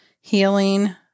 Healing